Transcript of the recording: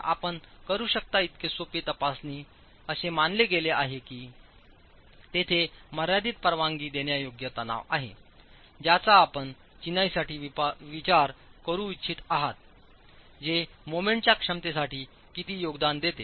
तर आपण करू शकता इतके सोपे तपासणी असे मानले गेले की आपण तेथे मर्यादित परवानगी देण्यायोग्य तणाव आहे ज्याचा आपण चिनाईसाठी विचार करू इच्छित आहात जे मोमेंटच्या क्षमतेसाठी किती योगदान देते